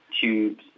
tubes